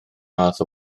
math